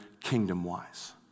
kingdom-wise